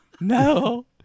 no